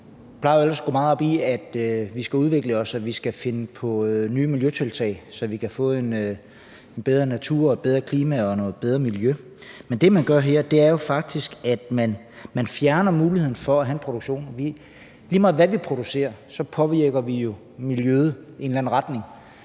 plejer jo ellers at gå meget op i, at vi skal udvikle os og vi skal finde på nye miljøtiltag, så vi kan få en bedre natur, et bedre klima og et bedre miljø, men det, man gør her, er jo faktisk, at man fjerner muligheden for at have en produktion. Lige meget hvad vi producerer, påvirker vi jo miljøet i en eller anden retning,